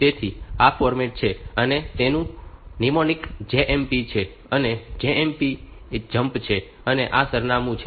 તેથી આ ફોર્મેટ છે અને તેનું નેમોનિક JMP છે આ જમ્પ છે અને આ સરનામું છે